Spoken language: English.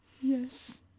Yes